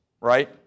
right